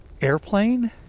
airplane